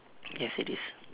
yes it is